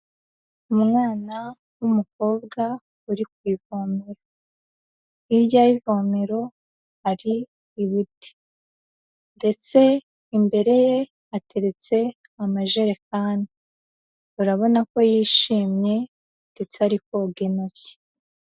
Umwana w'umukobwa uri ku ivomero, hirya y'ivomero hari ibiti ndetse imbere ye hateretse amajerekani, urabona ko yishimye ndetse ari koga intoki.